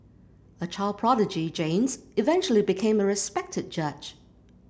a child prodigy James eventually became a respected judge